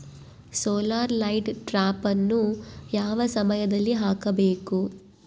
Solar light ಟ್ರಾಪನ್ನು ಯಾವ ಸಮಯದಲ್ಲಿ ಹಾಕಬೇಕು?